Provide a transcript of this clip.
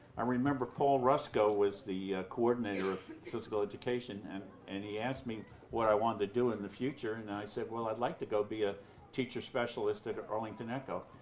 i remember paul rusco was the coordinator of physical education and and he asked me what i wanted to do in the future and i said, well, i'd like to go be a teacher's specialist at arlington echo.